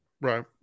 Right